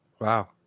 Wow